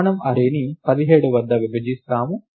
మనము అర్రేని 17 వద్ద విభజిస్తాము